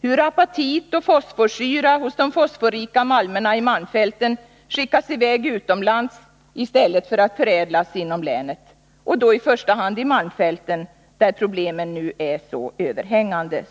hur apatiten och fosforsyran i de fosforrika malmerna i malmfälten skickas i väg utomlands i stället för att förädlas inom länet — och då i första hand i malmfälten, där problemen nu är så överhängande.